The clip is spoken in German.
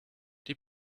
die